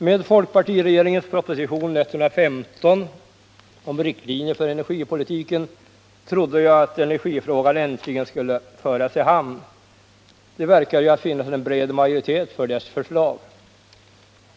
Med folkpartiregeringens proposition 115 om riktlinjer för energipolitiken trodde jag att energifrågan äntligen skulle föras i hamn. Det verkade ju finnas en bred majoritet för dess förslag.